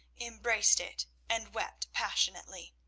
embraced it, and wept passionately.